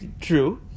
True